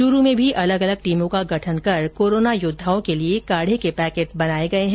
चूरू में भी अलग अलग टीमों का गठन कर कोरोना योद्धाओं के लिए काढे के पैकेट बनाए गए हैं